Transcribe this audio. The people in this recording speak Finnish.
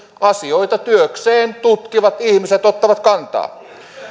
asioita työkseen tutkivat ihmiset ottavat kantaa